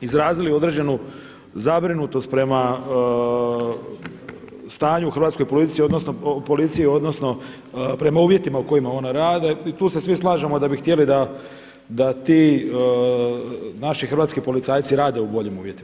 izrazili određenu zabrinutost prema stanju u hrvatskoj policiji odnosno prema uvjetima u kojima ona radi i tu se svi slažemo da bi htjeli da ti naši hrvatski policajci rade u boljim uvjetima.